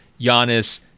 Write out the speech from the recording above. Giannis